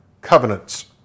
covenants